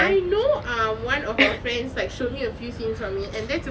I know um one of our friends like showed me a few scenes from it and then